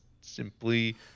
simply